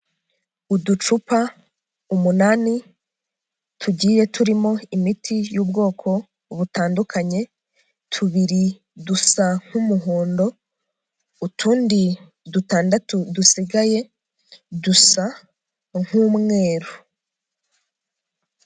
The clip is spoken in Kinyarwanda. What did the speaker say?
Uducupa umunani tugiye turimo imiti y'ubwoko butandukanye, tubiri dusa nk'umuhondo, utundi dutandatu dusigaye dusa nk'umweru.